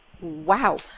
Wow